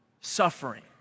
suffering